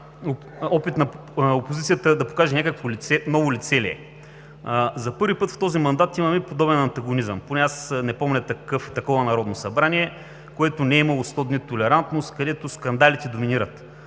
опит на опозицията е да покаже някакво лице. Ново лице ли е? За първи път в този мандат имаме подобен антагонизъм. Поне аз не помня такова Народно събрание, което не е имало 100 дни толерантност, където скандалите доминират.